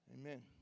Amen